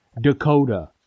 Dakota